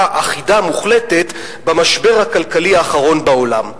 אחידה מוחלטת במשבר הכלכלי האחרון בעולם,